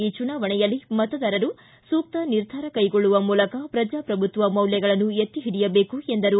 ಈ ಚುನಾವಣೆಯಲ್ಲಿ ಮತದಾರರು ಸೂಕ್ತ ನಿರ್ಧಾರ ಕೈಗೊಳ್ಳುವ ಮೂಲಕ ಪ್ರಜಾಪ್ರಭುತ್ವ ಮೌಲ್ಯಗಳನ್ನು ಎತ್ತಿ ಹಿಡಿಯಬೇಕು ಎಂದರು